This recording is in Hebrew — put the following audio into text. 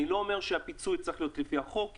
אני לא אומר שהפיצוי צריך להיות לפי החוק.